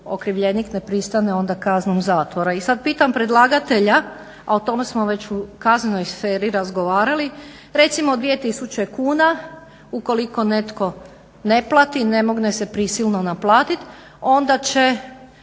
ne pristane onda kaznom zatvora. I sada pitam predlagatelja, a o tome smo već u kaznenoj sferi razgovarali, recimo 2 tisuće kuna ukoliko netko ne plati i ne može se prisilno naplatiti onda će